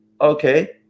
Okay